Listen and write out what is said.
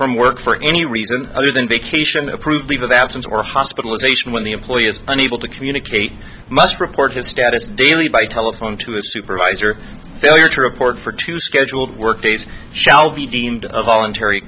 from work for any reason other than vacation approved leave of absence or hospitalization when the employee is unable to communicate must report his status daily by telephone to a supervisor failure to report for two scheduled work face shall be deemed a voluntary